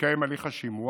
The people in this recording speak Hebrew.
מתקיים הליך השימוע,